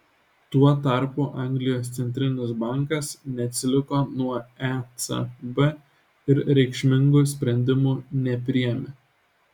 tuo tarpu anglijos centrinis bankas neatsiliko nuo ecb ir reikšmingų sprendimų nepriėmė